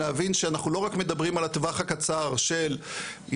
להבין שאנחנו לא רק מדברים על הטווח הקצר של אם